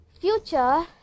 Future